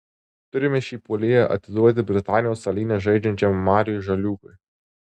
turime šį puolėją atiduoti britanijos salyne žaidžiančiam mariui žaliūkui